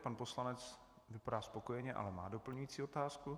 Pan poslanec vypadá spokojeně, ale má doplňující otázku.